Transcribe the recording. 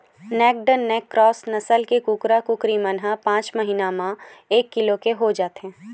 naked neck cross नसल के कुकरा, कुकरी मन ह पाँचे महिना म एक किलो के हो जाथे